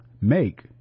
make